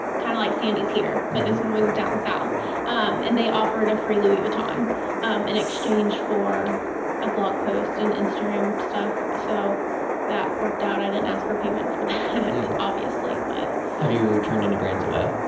kind of like sandy's here but this one was down south and they offered a free louis vuitton in exchange for a blog post and instagram stuff so that worked out, i didn't ask for payment for that obviously. but have you turned any brands away?